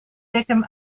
victim